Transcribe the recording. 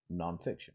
nonfiction